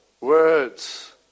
Words